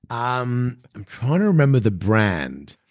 um i'm trying to remember the brand,